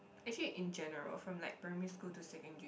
actually in general from like primary school to secondary